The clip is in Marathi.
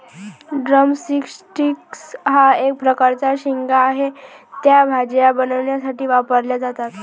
ड्रम स्टिक्स हा एक प्रकारचा शेंगा आहे, त्या भाज्या बनवण्यासाठी वापरल्या जातात